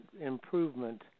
improvement